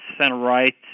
center-right